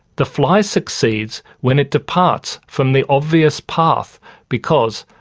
the fly succeeds when it departs from the obvious path because,